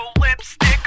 lipstick